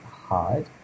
hard